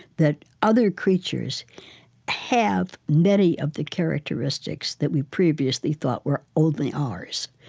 that other creatures have many of the characteristics that we previously thought were only ours,